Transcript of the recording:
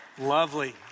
Lovely